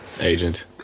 Agent